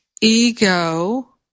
ego